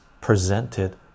presented